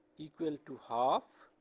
equal to half